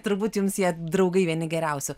turbūt jums jie draugai vieni geriausių